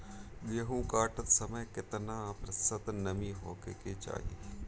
गेहूँ काटत समय केतना प्रतिशत नमी होखे के चाहीं?